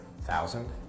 thousand